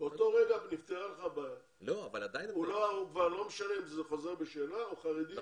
באותו רגע נפתרה לך הבעיה וכבר לא משנה אם זה חוזר בשאלה או חרדי.